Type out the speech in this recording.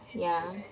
ya